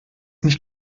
nicht